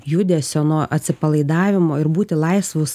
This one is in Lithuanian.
judesio nuo atsipalaidavimo ir būti laisvus